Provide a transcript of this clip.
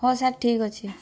ହଉ ସାର୍ ଠିକ୍ ଅଛି